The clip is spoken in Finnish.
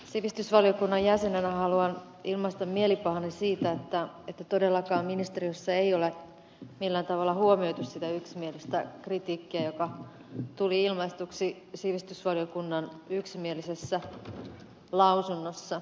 sivistysvaliokunnan jäsenenä haluan ilmaista mielipahani siitä että todellakaan ministeriössä ei ole millään tavalla huomioitu sitä yksimielistä kritiikkiä joka tuli ilmaistuksi sivistysvaliokunnan yksimielisessä lausunnossa